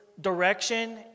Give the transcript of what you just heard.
direction